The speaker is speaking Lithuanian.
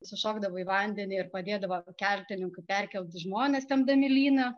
sušokdavo į vandenį ir padėdavo keltininkui perkelt žmones tempdami lyną